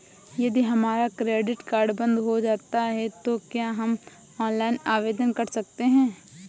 यदि हमारा credit card बंद हो जाता है तो क्या हम ऑनलाइन आवेदन कर सकते हैं?